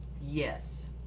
Yes